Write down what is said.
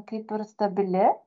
kaip ir stabili